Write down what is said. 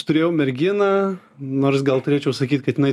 turėjau merginą nors gal turėčiau sakyt kad jinai